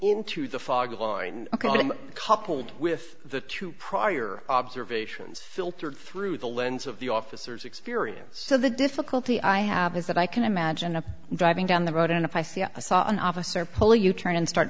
line coupled with the two prior observations filtered through the lens of the officers experience so the difficulty i have is that i can imagine a driving down the road and if i see a saw an officer pull you turn and start